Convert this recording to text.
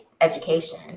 education